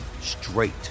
straight